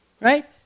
right